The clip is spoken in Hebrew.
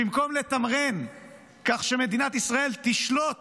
במקום לתמרן כך שמדינת ישראל תשלוט